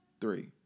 Three